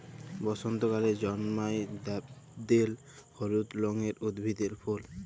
বসন্তকালে জল্ময় ড্যাফডিল হলুদ রঙের উদ্ভিদের ফুল